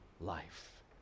life